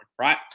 right